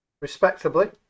respectably